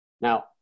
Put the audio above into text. Now